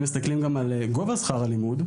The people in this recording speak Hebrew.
אם מסתכלים גם על גובה שכר הלימוד,